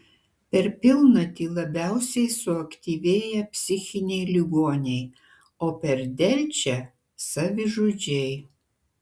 per pilnatį labiausiai suaktyvėja psichiniai ligoniai o per delčią savižudžiai